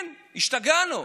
כן, השתגענו.